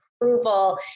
approval